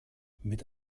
mit